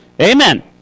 Amen